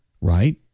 right